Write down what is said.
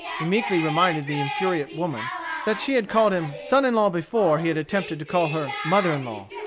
he meekly reminded the infuriate woman that she had called him son-in-law before he had attempted to call her mother-in-law,